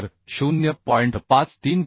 बरोबर 0